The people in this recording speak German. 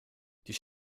die